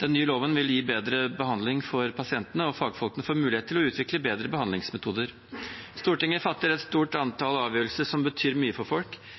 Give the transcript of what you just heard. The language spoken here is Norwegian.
Den nye loven vil gi bedre behandling for pasientene, og fagfolkene får mulighet til å utvikle bedre behandlingsmetoder. Stortinget fatter et stort antall avgjørelser som betyr mye for folk.